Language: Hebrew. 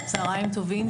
צהריים טובים,